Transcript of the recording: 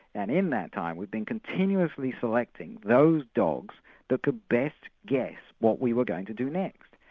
and in that time we've been continuously selecting those dogs that could best guess what we were going to do next.